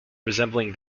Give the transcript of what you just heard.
resembling